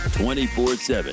24-7